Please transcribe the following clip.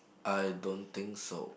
I don't think so